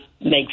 make